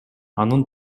анын